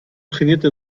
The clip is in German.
trainierte